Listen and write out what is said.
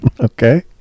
Okay